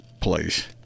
place